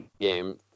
game